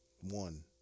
one